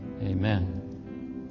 Amen